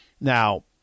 Now